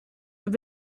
have